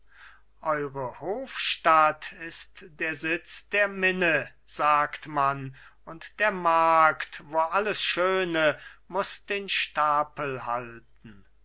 eure hofstatt ist der sitz der minne sagt man und der markt wo alles schöne muß den stapel halten